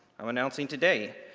i'm announcing today.